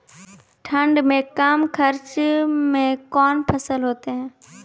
ठंड मे कम खर्च मे कौन फसल होते हैं?